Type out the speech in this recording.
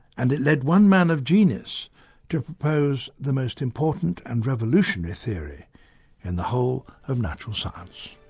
and it led one man of genius to propose the most important and revolutionary theory in the whole of natural science.